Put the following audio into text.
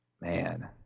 Man